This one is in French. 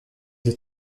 des